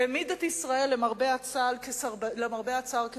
העמיד את ישראל למרבה הצער כסרבנית,